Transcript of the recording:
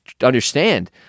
understand